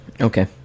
Okay